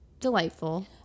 Delightful